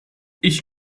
ich